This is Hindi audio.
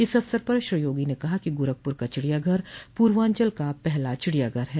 इस अवसर पर श्री योगी ने कहा कि गोरखपुर का चिड़ियाघर पूर्वांचल का पहला चिड़ियाघर है